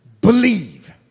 believe